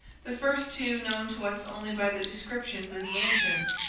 the first two known to us only by the descriptions of the ancients,